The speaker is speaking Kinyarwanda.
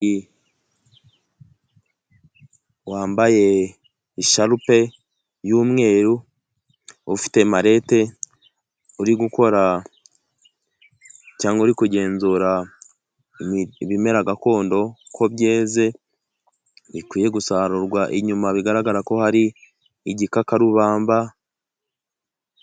Umugore wambaye isharupe y'umweru ufite amarinete, uri gukora cyangwa uri kugenzura ibimera gakondo ko byeze bikwiye gusarurwa, inyuma bigaragara ko hari igikakarubamba.